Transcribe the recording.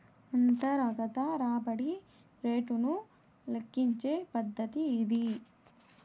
అంతర్గత రాబడి రేటును లెక్కించే పద్దతి ఇది